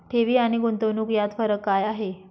ठेवी आणि गुंतवणूक यात फरक काय आहे?